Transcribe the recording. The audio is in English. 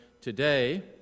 today